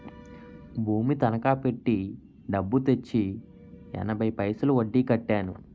భూమి తనకా పెట్టి డబ్బు తెచ్చి ఎనభై పైసలు వడ్డీ కట్టాను